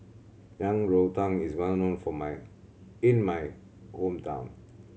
Yang Rou Tang is well known for my in my hometown